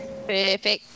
Perfect